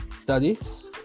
studies